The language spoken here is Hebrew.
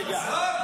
רגע -- עזוב,